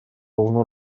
должно